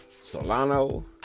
Solano